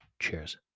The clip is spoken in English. Cheers